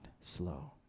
slow